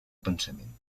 pensament